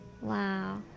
wow